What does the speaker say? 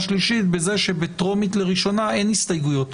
קריאה טרומית לראשונה אין הסתייגויות.